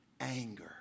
anger